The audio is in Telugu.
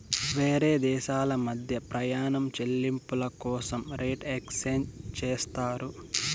వేరే దేశాల మధ్య ప్రయాణం చెల్లింపుల కోసం రేట్ ఎక్స్చేంజ్ చేస్తారు